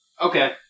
Okay